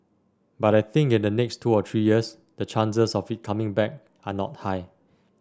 but I think in the next two or three years the chances of it coming back are not high